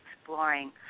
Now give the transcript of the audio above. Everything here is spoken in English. exploring